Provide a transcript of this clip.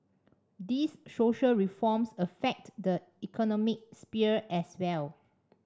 these social reforms affect the economic sphere as well